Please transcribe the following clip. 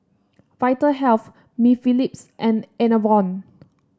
Vitahealth Mepilex and Enervon